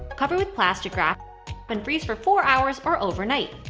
cover with plastic wrap and freeze for four hours or overnight.